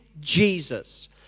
Jesus